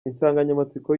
insanganyamatsiko